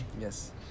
Yes